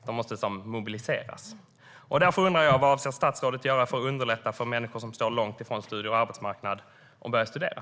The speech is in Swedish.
De måste liksom mobiliseras, och därför undrar jag vad statsrådet ska göra för att underlätta för människor som står långt ifrån studier och arbetsmarknad att börja studera.